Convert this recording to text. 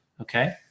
Okay